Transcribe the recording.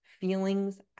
feelings